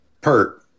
pert